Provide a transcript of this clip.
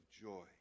joy